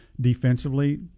defensively